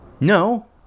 no